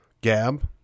Gab